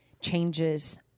changes